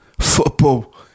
Football